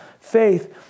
faith